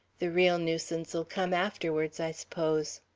the real nuisance'll come afterwards, i s'pose.